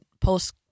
post